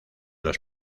los